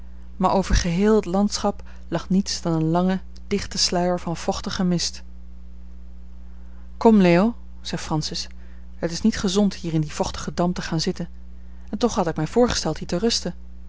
maar over geheel het landschap lag niets dan een lange dichte sluier van vochtige mist kom leo zei francis het is niet gezond hier in dien vochtigen damp te gaan zitten en toch had ik mij voorgesteld hier te rusten